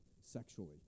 sexually